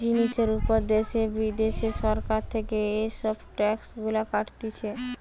জিনিসের উপর দ্যাশে বিদ্যাশে সরকার থেকে এসব ট্যাক্স গুলা কাটতিছে